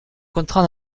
contrat